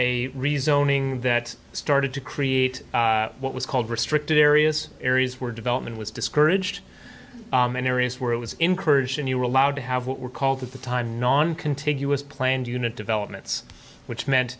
a rezoning that started to create what was called restricted areas areas where development was discouraged and areas where it was encouraged and you were allowed to have what were called at the time noncontiguous planned unit developments which meant